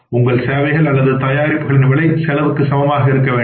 உங்கள் சேவைகள் அல்லது தயாரிப்புகளின் விலை செலவுக்கு சமமாக இருக்க வேண்டும்